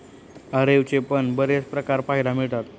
अरवीचे पण बरेच प्रकार पाहायला मिळतात